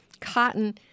cotton